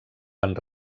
van